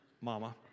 mama